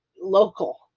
local